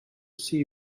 see